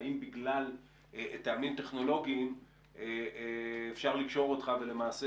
האם בגלל טעמים טכנולוגיים אפשר לקשור אותך ולמעשה